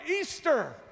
Easter